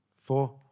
four